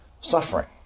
suffering